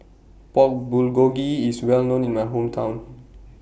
Pork Bulgogi IS Well known in My Hometown